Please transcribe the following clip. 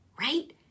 right